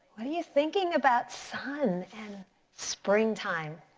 are you thinking about sun and spring time?